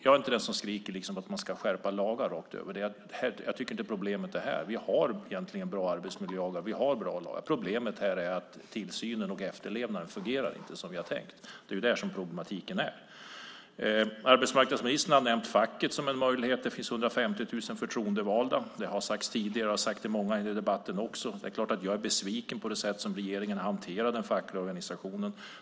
Jag är inte den som skriker om att man ska skärpa lagar rakt över. Jag tycker inte att det är lagarna som är problemet. Vi har egentligen bra arbetsmiljölagar och andra lagar. Problemet här är att tillsynen och efterlevnaden inte fungerar som vi har tänkt. Arbetsmarknadsministern har nämnt facket som en möjlighet. Det finns 150 000 förtroendevalda. Jag har tidigare sagt att det är klart att jag är besviken på det sätt som regeringen hanterar de fackliga organisationerna.